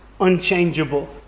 unchangeable